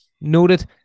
noted